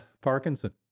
Parkinson